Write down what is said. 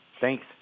Thanks